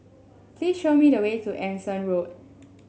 please show me the way to Anson Road